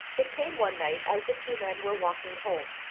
it came one night as the two men were walking home.